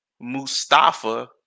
Mustafa